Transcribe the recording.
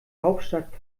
hauptstadt